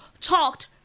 talked